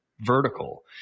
vertical